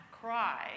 cry